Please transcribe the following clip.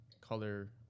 color